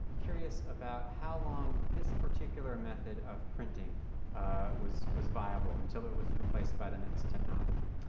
curious about how long this particular method of printing was was viable until it was replaced by the next technology.